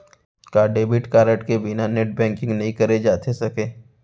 का debit card के बिना नेट बैंकिंग नई करे जाथे सके?